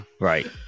right